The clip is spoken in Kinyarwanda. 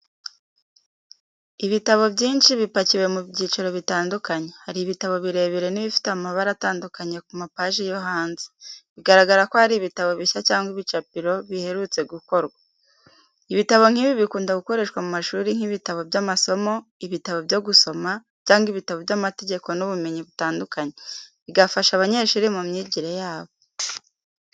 Ibitabo byinshi bipakiwe mu byiciro bitandukanye. Hari ibitabo birebire n’ibifite amabara atandukanye ku mapaji yo hanze, bigaragara ko ari ibitabo bishya cyangwa ibicapiro biherutse gukorwa. Ibitabo nk’ibi bikunda gukoreshwa mu mashuri nk’ibitabo by’amasomo, ibitabo byo gusoma, cyangwa ibitabo by’amategeko n’ubumenyi butandukanye, bigafasha abanyeshuri mu myigire yabo.